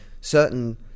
certain